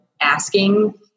asking